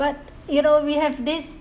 but you know we have this